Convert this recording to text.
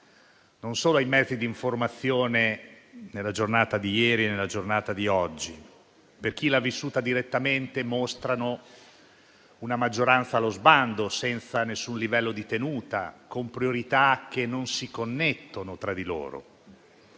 non solo ai mezzi di informazione, nelle giornate di ieri e di oggi. Per chi le ha vissute direttamente, mostrano una maggioranza allo sbando, senza nessun livello di tenuta, con priorità che non si connettono tra di loro.